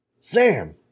Sam